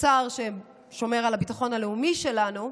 השר ששומר על הביטחון הלאומי שלנו,